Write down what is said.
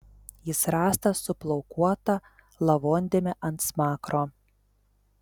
jis rastas su plaukuota lavondėme ant smakro